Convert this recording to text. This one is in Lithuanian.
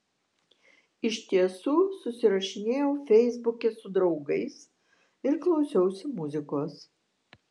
iš tiesų susirašinėjau feisbuke su draugais ir klausiausi muzikos